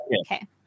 Okay